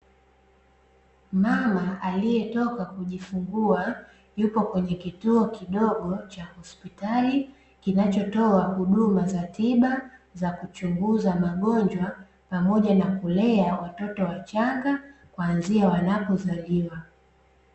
Mama aliyetoka kujifungua yupo kwenye kituo kidogo cha hospitali kinachotoa huduma za tiba, za kuchunguza magonjwa pamoja na kulea watoto wachanga kwanzia wanapozaliwa.